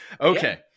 Okay